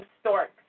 storks